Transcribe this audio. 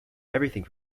everything